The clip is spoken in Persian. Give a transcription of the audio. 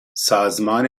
سازمان